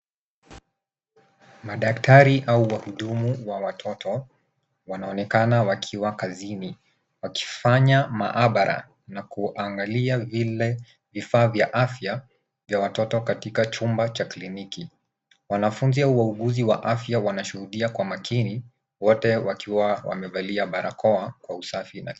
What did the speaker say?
Madaktari au wahudumu wa watoto wanaonekana wakiwa kazini wakifanya maabara na kuangalia vile vifaa vya afya vya watoto katika chumba cha kliniki. Wanafunzi wauguzi wa afya wanashuhudia kwa makini, wote wakiwa wamevalia barakoa kwa usafi.